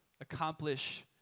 accomplish